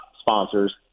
sponsors